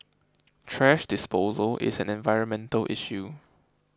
thrash disposal is an environmental issue